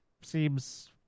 seems